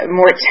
more